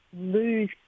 lose